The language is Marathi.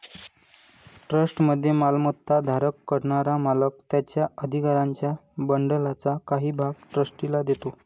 ट्रस्टमध्ये मालमत्ता धारण करणारा मालक त्याच्या अधिकारांच्या बंडलचा काही भाग ट्रस्टीला देतो